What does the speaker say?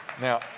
Now